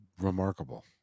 remarkable